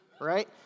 Right